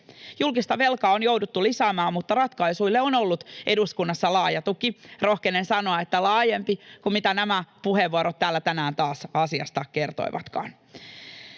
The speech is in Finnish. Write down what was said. Julkista velkaa on jouduttu lisäämään, mutta ratkaisuille on ollut eduskunnassa laaja tuki — rohkenen sanoa, että laajempi kuin mitä nämä puheenvuorot täällä tänään taas asiasta kertoivatkaan.